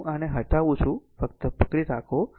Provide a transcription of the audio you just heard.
તેથી હું આને હટાવું છું ફક્ત પકડી રાખો